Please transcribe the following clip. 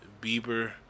Bieber